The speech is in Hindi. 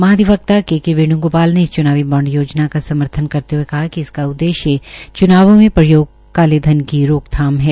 महाधिवक्ता के के वेण्गोपाल ने इस च्नावी बांड योजना का समर्थन करते हये कहा कि इसका उद्देश्य चूनावों में प्रयोग काले धन की रोकथाम है